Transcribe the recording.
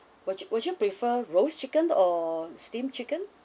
wou~ would you prefer roast chicken or steam chicken